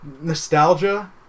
nostalgia